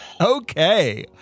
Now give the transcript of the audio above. Okay